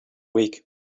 week